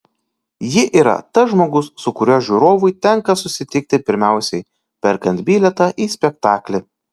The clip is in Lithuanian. ji yra tas žmogus su kuriuo žiūrovui tenka susitikti pirmiausiai perkant bilietą į spektaklį